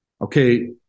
Okay